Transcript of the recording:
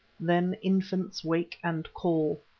then infants wake and call,